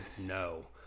no